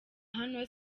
hano